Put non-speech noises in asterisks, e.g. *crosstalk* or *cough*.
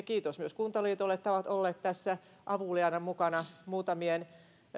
*unintelligible* kiitos myös kuntaliitolle että ovat olleet tässä avuliaina mukana muutamien